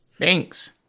Thanks